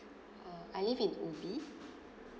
uh I live in ubi